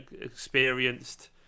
experienced